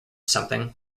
something